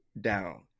down